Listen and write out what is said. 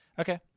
Okay